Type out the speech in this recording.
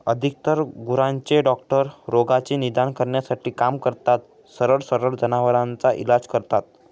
अधिकतर गुरांचे डॉक्टर रोगाचे निदान करण्यासाठी काम करतात, सरळ सरळ जनावरांवर इलाज करता